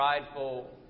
prideful